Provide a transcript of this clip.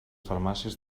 farmàcies